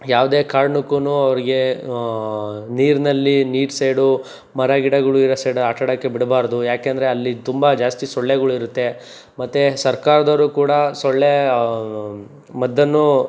ಯಾವುದೇ ಕಾರ್ಣಕ್ಕೂ ಅವ್ರಿಗೆ ನೀರಿನಲ್ಲಿ ನೀರು ಸೈಡು ಮರಗಿಡಗಳು ಇರೋ ಸೈಡು ಆಟಾಡೋಕ್ಕೆ ಬಿಡಬಾರ್ದು ಯಾಕಂದರೆ ಅಲ್ಲಿ ತುಂಬ ಜಾಸ್ತಿ ಸೊಳ್ಳೆಗಳು ಇರುತ್ತೆ ಮತ್ತು ಸರ್ಕಾರದವರು ಕೂಡ ಸೊಳ್ಳೆ ಮದ್ದನ್ನು